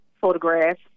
photographs